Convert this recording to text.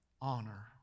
Honor